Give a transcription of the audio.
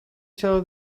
saw